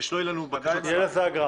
תהיה לזה אגרה.